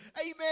amen